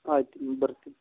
ಆಯ್ತು ಬರ್ತೀನಿ